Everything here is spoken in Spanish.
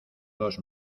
dos